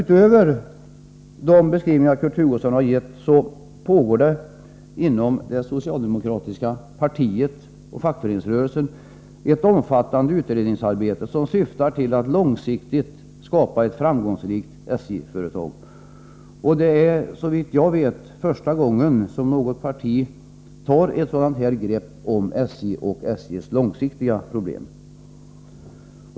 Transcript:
Utöver de beskrivningar Kurt Hugosson gjort pågår det inom det socialdemokratiska partiet och fackföreningsrörelsen ett omfattande utredningsarbete som syftar till att långsiktigt skapa ett framgångsrikt SJ-företag. Det är såvitt jag vet första gången som något parti tar ett sådant grepp om SJ och SJ:s långsiktiga problem.